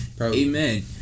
amen